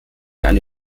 eine